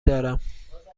دارم